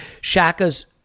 Shaka's